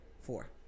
Four